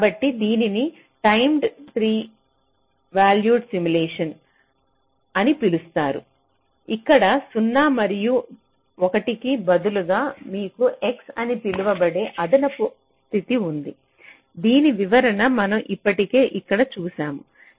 కాబట్టి దీనిని timed 3 valued simulations అని పిలుస్తారు ఇక్కడ 0 మరియు 1 కి బదులుగా మీకు x అని పిలువబడే అదనపు స్థితి ఉంది దీని వివరణ మనం ఇప్పటికే ఇక్కడ చూశాము